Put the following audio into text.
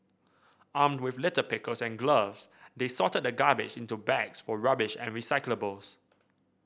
Armed with litter pickers and gloves they sorted the garbage into bags for rubbish and recyclables